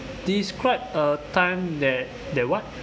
describe a time that that what